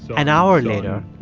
an hour later,